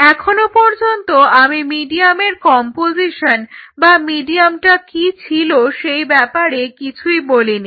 এখনো পর্যন্ত আমি মিডিয়ামের কম্পোজিশন অর্থাৎ মিডিয়ামটা কি ছিল সেই ব্যাপারে কিছুই বলিনি